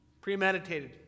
premeditated